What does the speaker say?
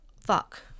fuck